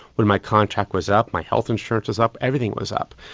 when my contract was up my health insurance was up, everything was up.